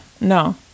No